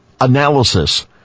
Analysis